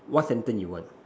what sentence you want